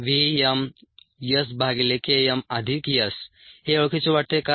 rPpuvvvmSKmS हे ओळखीचे वाटते का